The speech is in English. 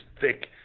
thick